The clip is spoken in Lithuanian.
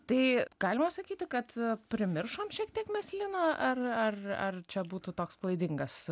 tai galima sakyti kad primiršom šiek tiek mes liną ar ar ar čia būtų toks klaidingas